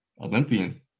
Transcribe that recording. Olympian